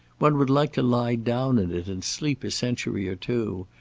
one would like to lie down in it and sleep a century or two.